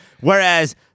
Whereas